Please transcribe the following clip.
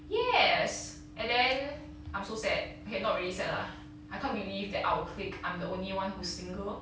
yes and then I'm so sad okay not really sad lah I can't believe that our clique I'm the only one who single